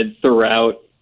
throughout –